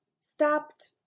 stopped